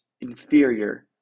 inferior